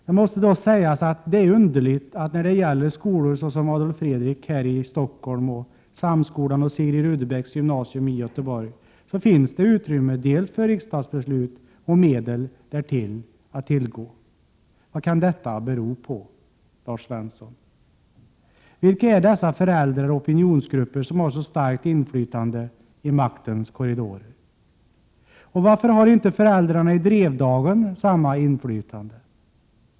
Det måste dock sägas att det är underligt att i fråga om skolor såsom Adolf Fredrik här i Stockholm och Samskolan samt Sigrid Rudebecks gymnasium i Göteborg finns det både utrymme för riksdagsbeslut och medel att tillgå. Vad kan detta bero på, Lars Svensson? Vilka är dessa föräldrar och opinionsgrupper som har så starkt inflytande i maktens korridorer? Och varför har inte föräldrarna i Drevdagen samma inflytande?